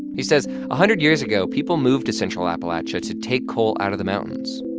he says, a hundred years ago, people moved to central appalachia to take coal out of the mountains.